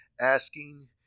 asking